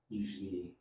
usually